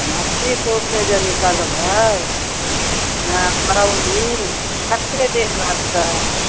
समस्तीपुर से जे निकलबै एँ करौली कत्ते देर लागतै